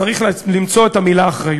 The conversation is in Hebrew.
צריך למצוא את המילה אחריות.